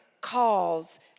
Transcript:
calls